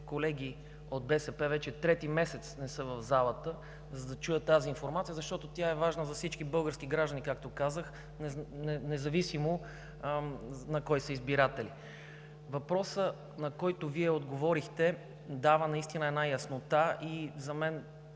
колеги от БСП вече трети месец не са в залата, за да чуят тази информация, защото тя е важна за всички български граждани, както казах, независимо на кого са избиратели. Въпросът, на който Вие отговорихте, дава наистина една яснота. Трябва